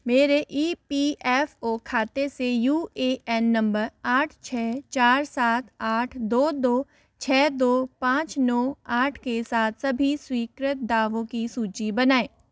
मेरे E P F O खाते से यू ए एन नम्बर आठ छह चार सात आठ दो दो छह दो पाँच नौ आठ के साथ सभी स्वीकृत दावों की सूची बनाएँ